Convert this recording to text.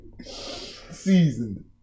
seasoned